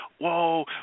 whoa